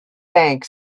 bank